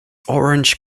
orange